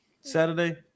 Saturday